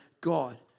God